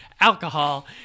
alcohol